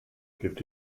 gibt